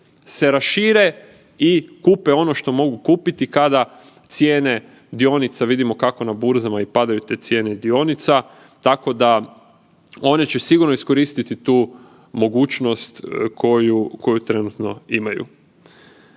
se rašire i kupe ono što mogu kupiti kada cijene dionica, vidimo kako na burzama padaju te cijene i dionica, tako da one će sigurno iskoristiti tu mogućnost koju trenutno imaju.